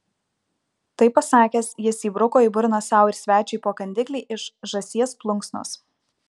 tai pasakęs jis įbruko į burną sau ir svečiui po kandiklį iš žąsies plunksnos